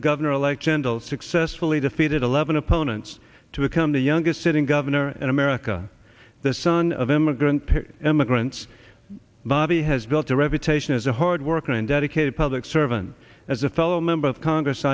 governor elect gentle successfully defeated eleven opponents to become the youngest sitting governor in america the son of immigrant immigrants bobby has built a reputation as a hard worker and dedicated public servant as a fellow member of congress